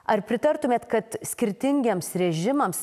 ar pritartumėt kad skirtingiems režimams